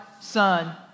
Son